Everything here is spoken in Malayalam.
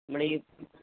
നമ്മുടെ ഈ